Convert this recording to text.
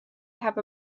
have